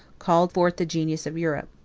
called forth the genius of europe.